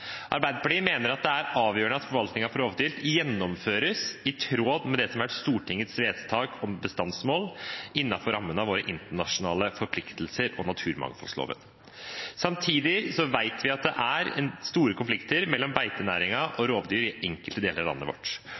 Arbeiderpartiet mener det er avgjørende at forvaltningen av rovdyr gjennomføres i tråd med det som har vært Stortingets vedtak om bestandsmål innenfor rammene av våre internasjonale forpliktelser og naturmangfoldloven. Samtidig vet vi at det er store konflikter mellom beitenæringen og rovdyr i enkelte deler av landet vårt,